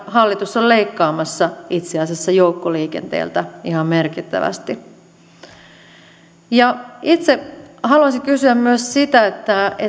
hallitus on leikkaamassa itse asiassa joukkoliikenteeltä ihan merkittävästi itse haluaisin myös kysyä sitä